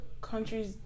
countries